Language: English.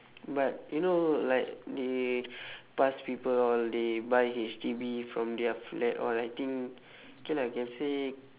but you know like they past people all they buy H_D_B from their flat all I think okay lah can say